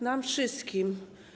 Nam wszystkim.